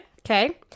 okay